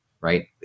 right